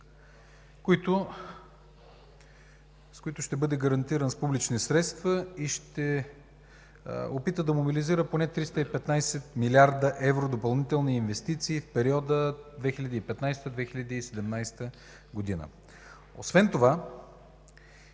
който ще бъде гарантиран с публични средства и ще опита да мобилизира поне 315 млрд. евро допълнителни инвестиции в периода 2015 – 2017 г. Освен това